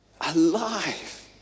Alive